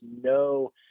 no